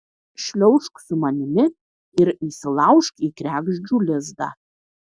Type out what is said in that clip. šliaužk su manimi ir įsilaužk į kregždžių lizdą